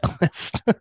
list